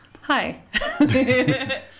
Hi